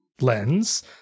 lens